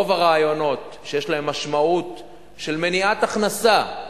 רוב הרעיונות שיש להם משמעות של מניעת הכנסה,